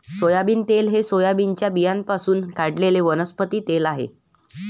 soybean तेल हे सोयाबीनच्या बियाण्यांपासून काढलेले वनस्पती तेल आहे